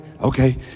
okay